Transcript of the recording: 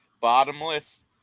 bottomless